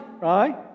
right